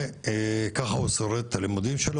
וככה הוא שורד לימודיו.